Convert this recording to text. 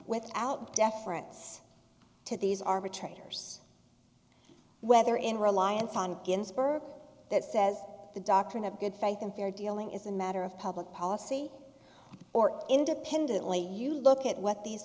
without deference to these arbitrators whether in reliance on ginsburg that says the doctrine of good faith and fair dealing is a matter of public policy or independently you look at what these